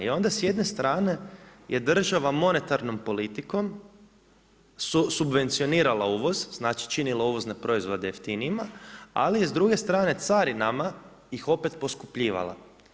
I onda s jedne strane je država monetarnom politikom subvencionirala uvoz, znači činila uvozne proizvode jeftinijima ali je s druge strane carinama ih opet poskupljivala.